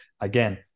Again